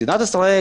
מדינת ישראל,